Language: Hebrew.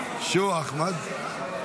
חבריי חברי הכנסת,